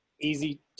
easy